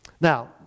Now